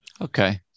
Okay